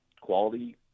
quality